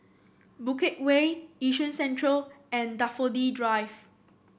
Bukit Way Yishun Central and Daffodil Drive